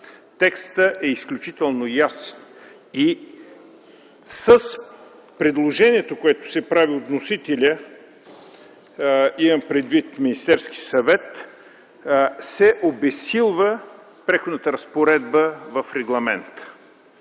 Текстът е изключително ясен и с предложението, което се прави от вносителя, имам предвид Министерския съвет, се обезсилва Преходната разпоредба в Регламента.